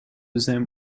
them